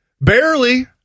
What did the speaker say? Barely